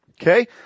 Okay